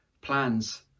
plans